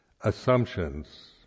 assumptions